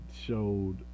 showed